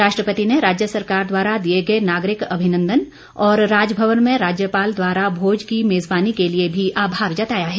राष्ट्रपति ने राज्य सरकार द्वारा दिए गए नागरिक अभिनंदन और राजभवन में राज्यपाल द्वारा भोज की मेजबानी के लिए भी आभार जताया है